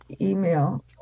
email